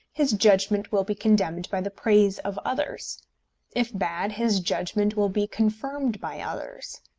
his judgment will be condemned by the praise of others if bad, his judgment will be confirmed by others.